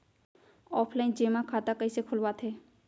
Offline जेमा खाता कइसे खोलवाथे?